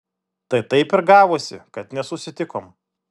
tai taip ir gavosi kad nesusitikom